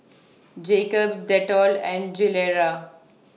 Jacob's Dettol and Gilera